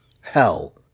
hell